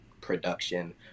production